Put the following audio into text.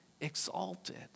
exalted